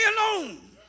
alone